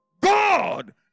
God